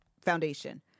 Foundation